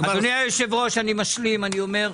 אני מסכים עם אדוני היושב-ראש --- יש בתעשייה.